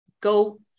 go